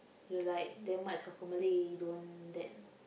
you like that much of a Malay don't then